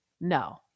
no